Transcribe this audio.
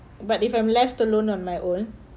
but if I'm left alone on my own